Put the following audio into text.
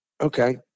Okay